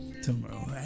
tomorrow